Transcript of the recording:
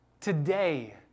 today